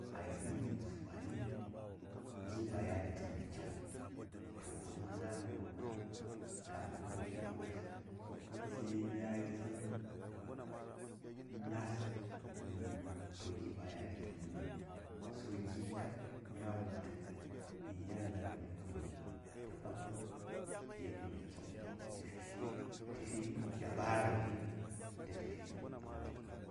﻿Ba cha su a yisang tlangsa waai vung gib a yi ga datam mbuni vung amma yawan kafin ma fi aures se mya yisang ngas na nu to gi ba yi a datam vung, gi kab mya wultu yan zar wa fi aure ta fi daɓara washi nda ta fi aures.